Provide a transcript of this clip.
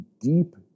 deep